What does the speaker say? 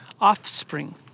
offspring